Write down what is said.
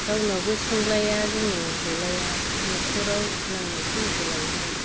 रावनावबो सोंलाया जोङो हलाया नखराव नांनाय खिनिखौ लायबाय